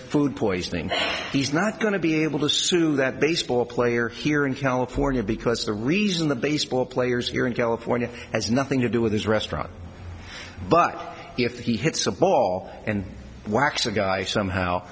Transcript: food poisoning he's not going to be able to sue that baseball player here in california because the reason the baseball players here in california has nothing to do with his restaurant but if he hits a ball and whacks a guy somehow